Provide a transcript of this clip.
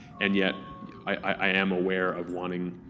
and yet i am aware of wanting